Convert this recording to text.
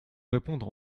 répondre